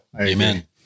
Amen